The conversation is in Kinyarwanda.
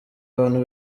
abantu